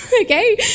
okay